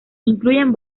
incluyen